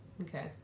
Okay